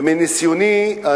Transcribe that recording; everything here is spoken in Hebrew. ומניסיוני,